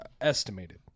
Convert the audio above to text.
estimated